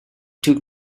took